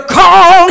call